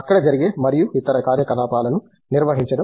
అక్కడ జరిగే మరియు ఇతర కార్యకలాపాలను నిర్వహించడం